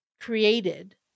created